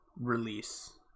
release